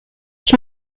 ich